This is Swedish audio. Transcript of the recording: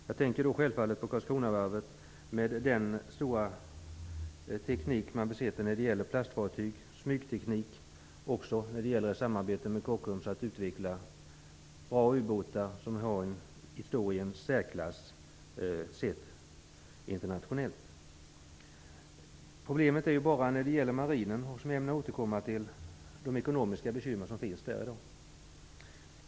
Jag tänker då självfallet på Karlskronavarvet och den avancerade teknik som man besitter i fråga om plastfartyg och smygteknik. Man har också samarbetat med Kockums för att utveckla bra ubåtar som står i särklass internationellt sett. Problemet för marinen är de ekonomiska bekymmer som man har.